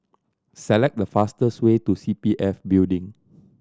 select the fastest way to C P F Building